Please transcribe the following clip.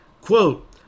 Quote